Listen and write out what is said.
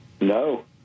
No